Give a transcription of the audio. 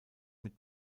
mit